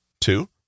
Two